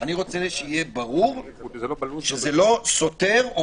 אני רוצה שיהיה ברור שזה לא סותר או